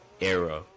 era